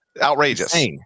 Outrageous